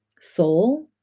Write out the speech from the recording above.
soul